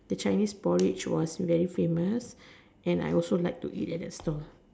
the Chinese porridge was very famous and I also like to eat at that stall